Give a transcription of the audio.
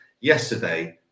Yesterday